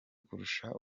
kurusha